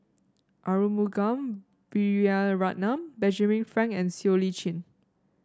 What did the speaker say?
Arumugam Vijiaratnam Benjamin Frank and Siow Lee Chin